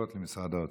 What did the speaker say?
שנוגעות למשרד האוצר.